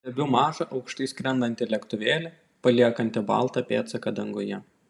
stebiu mažą aukštai skrendantį lėktuvėlį paliekantį baltą pėdsaką danguje